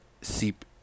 seep